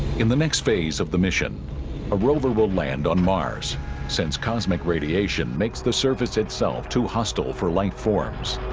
in the next phase of the mission a rover will land on mars since cosmic radiation makes the surface itself to hostile for life-forms